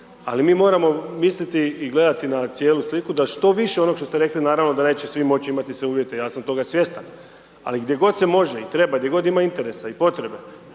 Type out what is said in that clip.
ali mi moramo misliti i gledati na cijelu sliku da što više onog što ste rekli naravno da neće svi imati iste uvjete, ja sam toga svjestan ali gdje god se može i treba, gdje god ima interesa i potrebe,